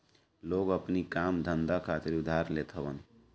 लोग अपनी काम धंधा खातिर उधार लेत हवन